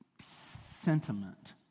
sentiment